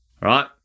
right